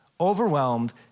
overwhelmed